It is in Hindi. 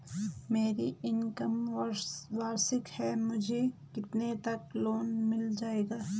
मेरी इनकम वार्षिक है मुझे कितने तक लोन मिल जाएगा?